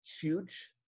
huge